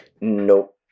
Nope